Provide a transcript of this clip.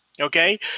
Okay